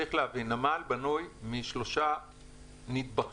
צריך להבין, נמל בנוי משלושה וקטורים.